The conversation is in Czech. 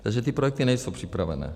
Takže ty projekty nejsou připravené.